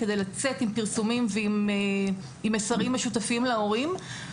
כדי לצאת עם פרסומים ועם מסרים משותפים להורים.